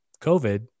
COVID